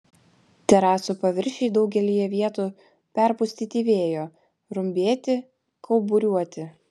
terasų paviršiai daugelyje vietų perpustyti vėjo rumbėti kauburiuoti